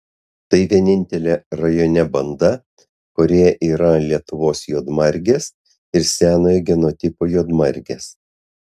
tai vienintelė rajone banda kurioje yra lietuvos juodmargės ir senojo genotipo juodmargės